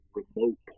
remote